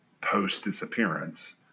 post-disappearance